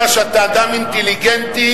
אתה שאתה אדם אינטליגנטי,